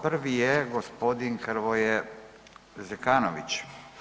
Prvi je gospodin Hrvoje Zekanović.